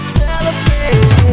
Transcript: celebrate